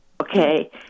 okay